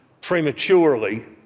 prematurely